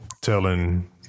telling